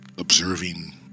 observing